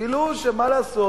גילו שמה לעשות?